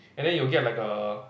and then you will get like a